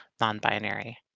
non-binary